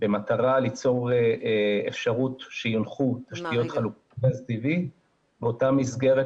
במטרה ליצור אפשרות שיולכו תשתיות חלוקת גז טבעי באותה מסגרת